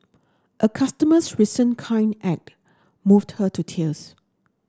a customer's recent kind act moved her to tears